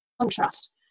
contrast